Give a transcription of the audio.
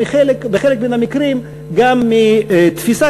ובחלק מן המקרים גם מתפיסה,